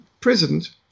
president